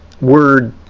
word